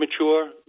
Mature